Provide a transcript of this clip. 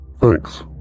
Thanks